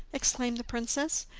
exclaimed the princess.